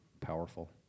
powerful